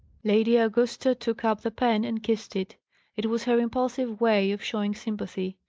lady augusta took up the pen and kissed it it was her impulsive way of showing sympathy.